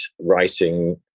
writing